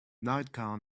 nightgown